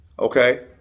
Okay